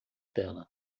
dela